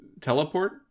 teleport